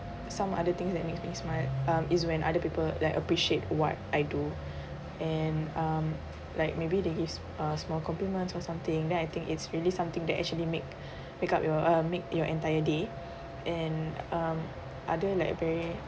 some other things that make me smile um is when other people like appreciate what I do and um like maybe they give s~ uh small compliments or something then I think it's really something that actually make make up your um make your entire day and um other like very